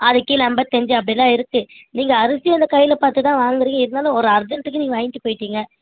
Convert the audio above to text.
அதுக்குக்கீழே ஐம்பத்தஞ்சி அப்படிலாம் இருக்குது நீங்கள் அரிசியும் வந்து கையில் பாத்துதான் வாங்குறீங்க இருந்தாலும் ஒரு அர்ஜெண்ட்டுக்கு நீங்கள் வாங்கிட்டு போயிட்டிங்க